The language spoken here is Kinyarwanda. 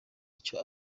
icyo